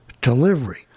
delivery